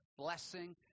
Blessing